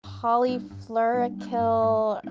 polyfluoroalkyl?